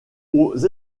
aux